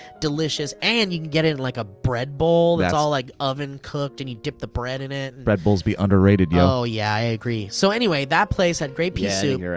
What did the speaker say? delicious. and you can get it in like a bread bowl that's all like oven cooked. and you dip the bread in it. bread bowls be underrated, yo. oh yeah, i agree. so anyway, that place had great pea soup. yeah